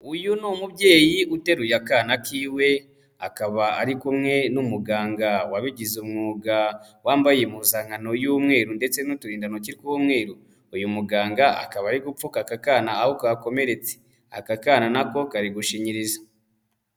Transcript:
Uyu ni umubyeyi uteruye akana kiwe, akaba ari kumwe n'umuganga wabigize umwuga wambaye impuzankano y'umweru ndetse n'uturindantoki tw'umweru, uyu muganga akaba ari gupfuka aka kana aho kakomeretse, aka kana na ko kari gushinyiriza.